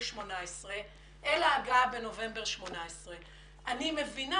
2018 אלא הגעה בנובמבר 2018. אני מבינה